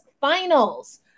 finals